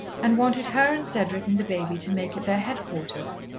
and wanted her and cedric and the baby to make it their headquarters.